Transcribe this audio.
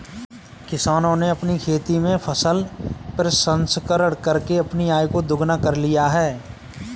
किसानों ने अपनी खेती में फसल प्रसंस्करण करके अपनी आय को दुगना कर लिया है